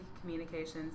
communications